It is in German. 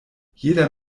jeder